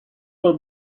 will